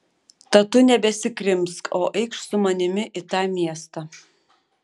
tad tu nebesikrimsk o eikš su manimi į tą miestą